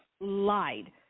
lied